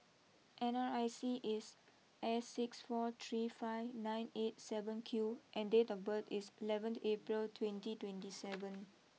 N R I C is S six four three five nine eight seven Q and date of birth is eleven April twenty twenty seven